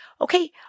Okay